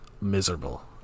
miserable